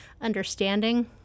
understanding